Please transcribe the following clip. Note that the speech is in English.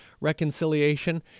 reconciliation